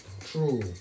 True